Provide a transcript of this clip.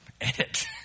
Edit